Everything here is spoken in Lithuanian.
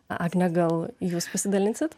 agne gal jūs pasidalinsit